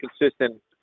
consistent